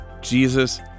Jesus